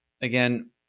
again